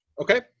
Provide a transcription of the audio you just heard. Okay